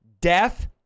Death